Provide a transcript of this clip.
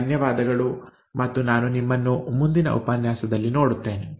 ಧನ್ಯವಾದಗಳು ಮತ್ತು ನಾನು ನಿಮ್ಮನ್ನು ಮುಂದಿನ ಉಪನ್ಯಾಸದಲ್ಲಿ ನೋಡುತ್ತೇನೆ